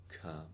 come